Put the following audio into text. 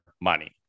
money